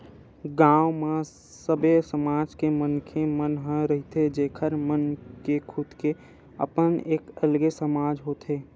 गाँव म सबे समाज के मनखे मन ह रहिथे जेखर मन के खुद के अपन एक अलगे समाज होथे